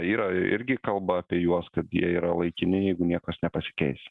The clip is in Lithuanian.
yra irgi kalba apie juos kad jie yra laikini jeigu niekas nepasikeis